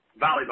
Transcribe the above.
volleyball